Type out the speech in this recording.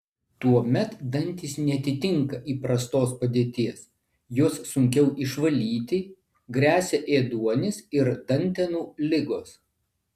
tuomet dantys neatitinka įprastos padėties juos sunkiau išvalyti gresia ėduonis ir dantenų ligos